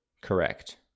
Correct